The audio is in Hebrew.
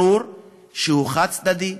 ברור שהוא חד-צדדי,